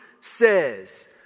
says